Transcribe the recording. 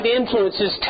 influences